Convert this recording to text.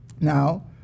Now